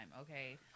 okay